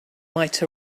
might